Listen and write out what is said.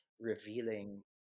revealing